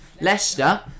Leicester